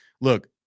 Look